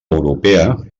europea